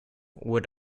would